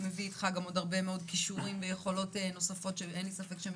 מביא איתך גם עוד הרבה מאוד כישורים ויכולות נוספות שאין לי ספק שהן